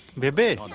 baby